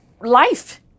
life